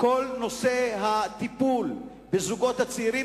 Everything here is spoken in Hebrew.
הטיפול בזוגות הצעירים.